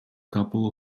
couple